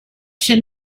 should